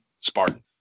Spartan